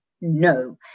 No